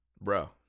Bro